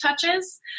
touches